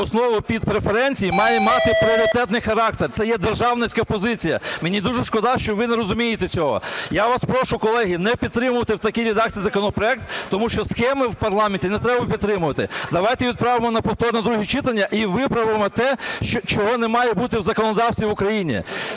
основ під преференції має мати пріоритетний характер, це є державницька позиція. Мені дуже шкода, що ви не розумієте цього. Я вас прошу, колеги, не підтримувати в такій редакції законопроект, тому що схеми в парламенті не треба підтримувати. Давайте відправимо на повторне друге читання і виправимо те, чого не має бути в законодавстві України.